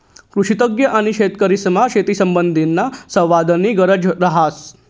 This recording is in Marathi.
कृषीतज्ञ आणि शेतकरीसमा शेतीसंबंधीना संवादनी गरज रहास